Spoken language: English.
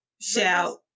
shout